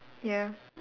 ya